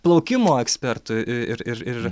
plaukimo ekspertų ir ir ir